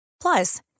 Plus